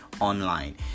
online